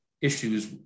issues